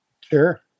Sure